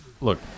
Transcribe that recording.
look